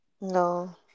no